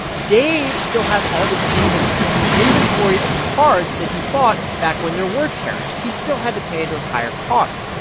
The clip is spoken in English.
dave still has all this inventory inventory of cards that he bought back when there were tariffs. he still had to pay those higher costs,